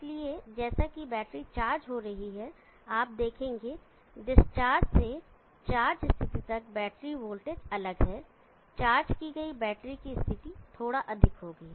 इसलिए जैसा कि बैटरी चार्ज हो रही है आप देखेंगे कि डिस्चार्ज से चार्ज स्थिति तक बैटरी वोल्टेज अलग है चार्ज की गई बैटरी की स्थिति थोड़ी अधिक होगी